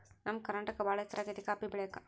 ನಮ್ಮ ಕರ್ನಾಟಕ ಬಾಳ ಹೆಸರಾಗೆತೆ ಕಾಪಿ ಬೆಳೆಕ